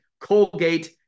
Colgate